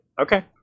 Okay